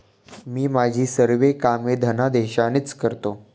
मी माझी सर्व कामे धनादेशानेच करतो